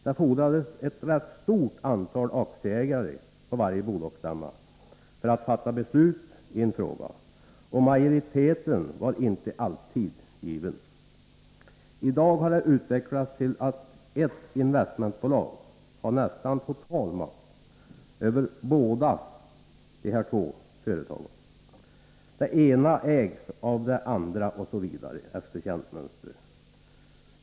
Det fordrades ett rätt stort antal aktieägare på varje bolagsstämma för att fatta beslut i en fråga, och majoriteten var inte alltid given. I dag har ett investmentbolag nästan total makt över båda dessa två företag. Det ena företaget ägs av det andra osv., efter känt mönster.